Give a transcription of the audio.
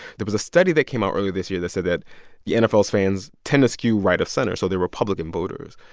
there was a study that came out earlier this year that said that the and nfl's fans tend to skew right of center. so they're republican voters.